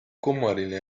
kummaline